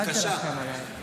אל תרחם עליי.